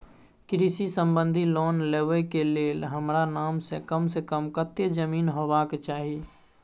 कृषि संबंधी लोन लेबै के के लेल हमरा नाम से कम से कम कत्ते जमीन होबाक चाही?